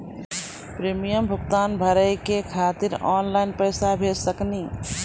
Premium भुगतान भरे के खातिर ऑनलाइन पैसा भेज सकनी?